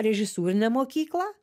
režisūrinę mokyklą